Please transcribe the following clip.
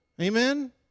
Amen